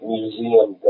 museum